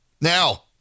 Now